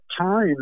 time